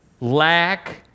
Lack